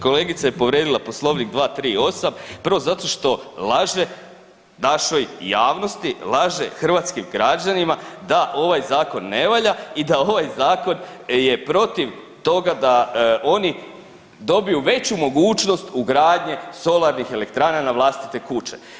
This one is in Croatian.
Kolegica je povrijedila Poslovnik 238., prvo zato što laže našoj javnosti, laže hrvatskim građanima da ovaj zakon ne valja i da ovaj zakon je protiv toga da oni dobiju veću mogućnost ugradnje solarnih elektrana na vlastite kuće.